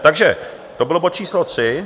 Takže to byl bod číslo tři.